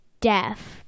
deaf